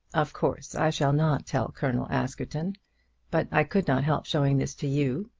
of course i shall not tell colonel askerton but i could not help showing this to you.